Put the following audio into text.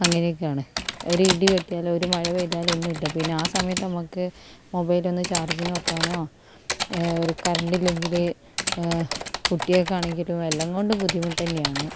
അങ്ങനെയൊക്കെയാണ് ഒരു ഇടിവെട്ടിയാലോ ഒരു മഴ പെയ്താലോ ഒന്നുമില്ല പിന്നെ ആ സമയത്ത് നമുക്ക് മൊബൈലൊന്നു ചാർജിന് വയ്ക്കാനോ ഈ ഒരു കരണ്ടില്ലെങ്കിൽ കുട്ടികൾക്കാണെങ്കിലും എല്ലാം കൊണ്ടും ബുദ്ധിമുട്ട് തന്നെയാണ്